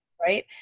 right